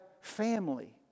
family